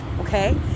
okay